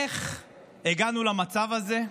איך הגענו למצב הזה?